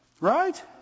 Right